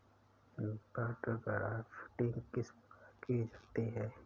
बड grafting किस प्रकार की जाती है?